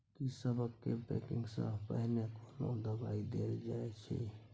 की सबसे के पैकिंग स पहिने कोनो दबाई देल जाव की?